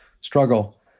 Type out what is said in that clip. struggle